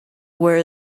where